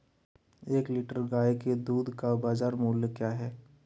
एक लीटर गाय के दूध का बाज़ार मूल्य क्या है?